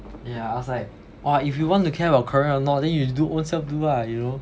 yeah I was like orh if you want to care about correct or not then you do own self do lah you know